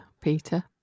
Peter